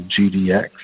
GDX